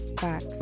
back